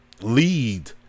lead